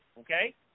okay